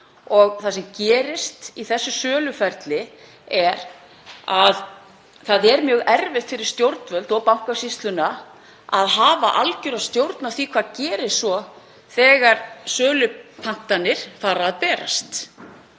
Það sem gerist í þessu söluferli er að mjög erfitt er fyrir stjórnvöld og Bankasýsluna að hafa algjöra stjórn á því hvað gerist svo þegar sölupantanir fara að berast.